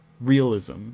realism